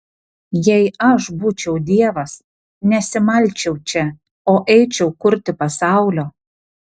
jei aš būčiau dievas nesimalčiau čia o eičiau kurti pasaulio